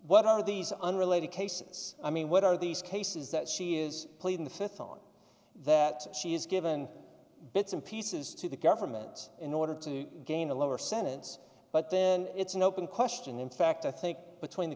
what are these unrelated cases i mean what are these cases that she is pleading the th on that she is given bits and pieces to the government in order to gain a lower sentence but then it's an open question in fact i think between the